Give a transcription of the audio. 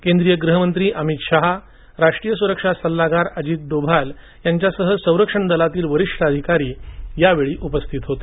केंद्रीय गृह मंत्री अमित शहा राष्ट्रीय सुरक्षा सल्लागार अजित डोभाल यांच्यासह संरक्षण दलातील वरिष्ठ अधिकारी यावेळी उपस्थित होते